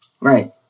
Right